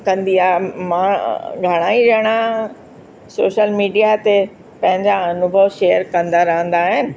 कंदी आहियां मां घणेई ॼणां सोशल मीडिया ते पंहिंजा अनुभव शेयर कंदा रहंदा आहिनि